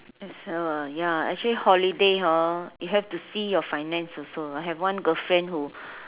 it's uh ya actually holiday hor you have to see your finance also I have one girlfriend who